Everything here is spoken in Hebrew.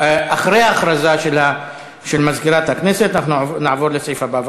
אחרי ההכרזה של מזכירת הכנסת אנחנו נעבור לסעיף הבא.